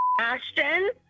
Ashton